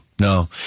No